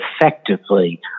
effectively